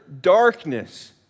darkness